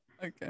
Okay